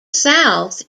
south